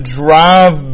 drive